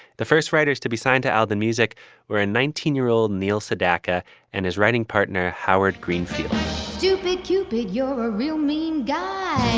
the first writers to be signed to all the music were a nineteen year old neil sedaka and his writing partner, howard greenfield stupid cupid. you're a real mean guy